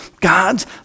God's